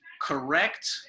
correct